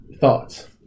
thoughts